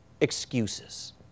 excuses